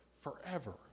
forever